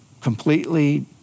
completely